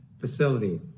facility